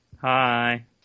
Hi